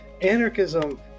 anarchism